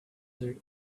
desert